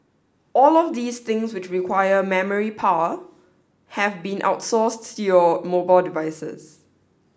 all of these things which requires memory power have been outsourced to your mobile devices